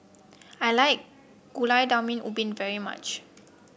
I like Gulai Daun Ubi very much